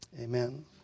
amen